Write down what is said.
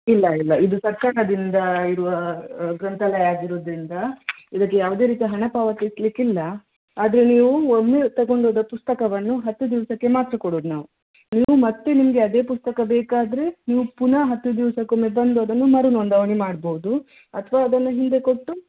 ಇಲ್ಲ ಇಲ್ಲ ಇದು ಸರ್ಕಾರದಿಂದ ಇರುವ ಗ್ರಂಥಾಲಯ ಆಗಿರುದರಿಂದ ಇದಕ್ಕೆ ಯಾವುದೇ ರೀತಿಯ ಹಣ ಪಾವತಿಸ್ಲಿಕ್ಕೆ ಇಲ್ಲ ಆದರೆ ನೀವು ಒಮ್ಮೆ ತಗೊಂಡೋದ ಪುಸ್ತಕವನ್ನು ಹತ್ತು ದಿವಸಕ್ಕೆ ಮಾತ್ರ ಕೊಡುದು ನಾವು ನೀವು ಮತ್ತೆ ನಿಮಗೆ ಅದೇ ಪುಸ್ತಕ ಬೇಕಾದರೆ ನೀವು ಪುನಃ ಹತ್ತು ದಿವ್ಸಕ್ಕೆ ಒಮ್ಮೆ ಬಂದು ಅದನ್ನು ಮರುನೊಂದಣಿ ಮಾಡ್ಬೋದು ಅಥವಾ ಅದನ್ನು ಹಿಂದೆ ಕೊಟ್ಟು